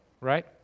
right